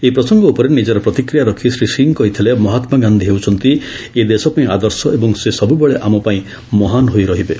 ଏହି ପ୍ରସଙ୍ଗ ଉପରେ ନିଜର ପ୍ରତିକ୍ରିୟା ରଖି ଶ୍ରୀ ସିଂହ କହିଥିଲେ ମହାତ୍ରାଗାନ୍ଧି ହେଉଛନ୍ତି ଏ ଦେଶପାଇଁ ଆଦର୍ଶ ଏବଂ ସେ ସବୃବେଳେ ଆମ ପାଇଁ ମହାନ୍ ହୋଇ ରହିବେ